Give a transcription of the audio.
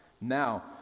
Now